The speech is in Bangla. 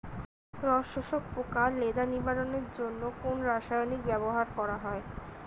রস শোষক পোকা লেদা নিবারণের জন্য কোন রাসায়নিক ব্যবহার করা হয়?